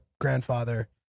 grandfather